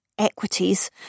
equities